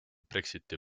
brexiti